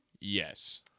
Yes